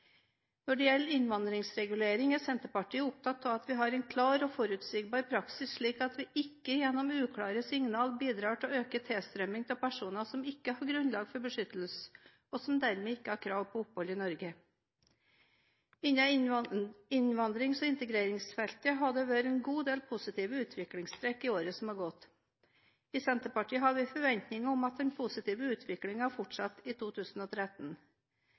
Når det gjelder innvandringsregulering, er Senterpartiet opptatt av at vi har en klar og forutsigbar praksis, slik at vi ikke gjennom uklare signaler bidrar til å øke tilstrømming av personer som ikke har grunnlag for beskyttelse, og som dermed ikke har krav på opphold i Norge. Innen innvandrings- og integreringsfeltet har det vært en god del positive utviklingstrekk i året som har gått. I Senterpartiet har vi forventninger om at den positive utviklingen fortsetter i 2013.